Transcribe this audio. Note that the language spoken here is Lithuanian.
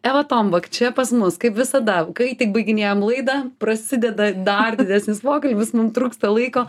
eva tombok čia pas mus kaip visada kai tik baiginėjam laidą prasideda dar didesnis pokalbis mum trūksta laiko